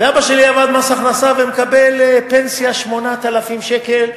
אבא שלי עבד במס הכנסה ומקבל פנסיה 8,000 שקל,